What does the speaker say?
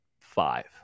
five